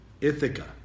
Ithaca